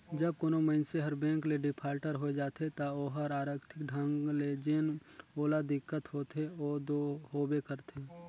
जब कोनो मइनसे हर बेंक ले डिफाल्टर होए जाथे ता ओहर आरथिक ढंग ले जेन ओला दिक्कत होथे ओ दो होबे करथे